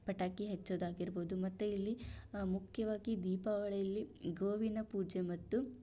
ಪಟಾಕಿ ಹಚ್ಚೋದಾಗಿರ್ಬೊದು ಮತ್ತೆ ಇಲ್ಲಿ ಮುಖ್ಯವಾಗಿ ದೀಪಾವಳೀಲಿ ಗೋವಿನ ಪೂಜೆ ಮತ್ತು